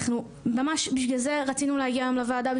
אנחנו ממש בגלל זה רצינו להגיע היום לוועדה,